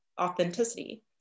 authenticity